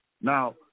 Now